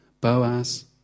Boaz